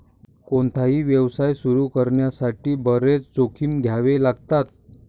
कोणताही व्यवसाय सुरू करण्यासाठी बरेच जोखीम घ्यावे लागतात